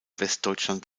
westdeutschland